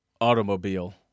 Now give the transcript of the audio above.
automobile